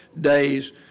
days